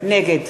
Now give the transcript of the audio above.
נגד